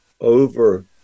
over